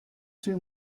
too